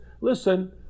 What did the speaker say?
listen